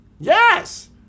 Yes